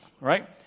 Right